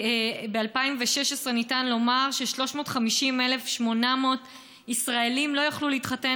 ב-2016 ניתן לומר ש-350,800 ישראלים לא יכלו להתחתן